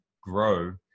grow